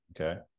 Okay